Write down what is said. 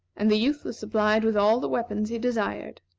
and the youth was supplied with all the weapons he desired.